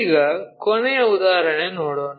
ಈಗ ಕೊನೆಯ ಉದಾಹರಣೆಯನ್ನು ನೋಡೋಣ